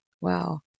wow